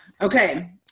okay